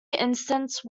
instance